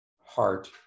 heart